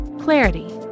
clarity